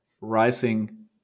rising